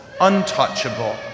untouchable